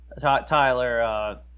Tyler